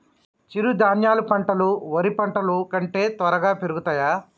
చిరుధాన్యాలు పంటలు వరి పంటలు కంటే త్వరగా పెరుగుతయా?